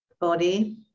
body